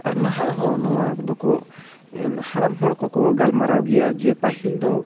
ᱟᱨ ᱱᱟᱦᱟᱜ ᱦᱚᱸ ᱱᱚᱣᱟ ᱫᱚᱠᱚ ᱮᱫ ᱦᱟᱲᱟᱢ ᱦᱚᱲ ᱠᱚ ᱠᱚ ᱜᱟᱞᱢᱟᱨᱟᱣ ᱜᱮᱭᱟ ᱡᱮ ᱯᱟᱹᱦᱤᱞ ᱫᱚ